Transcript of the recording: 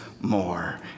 more